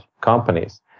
companies